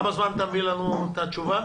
תוך כמה זמן אתה מביא לנו את התשובה?